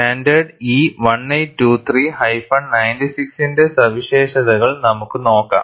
standard E 1823 96 ന്റെ സവിശേഷതകൾ നമുക്ക് നോക്കാം